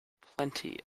plenty